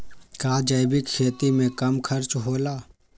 का जैविक खेती में कम खर्च होला?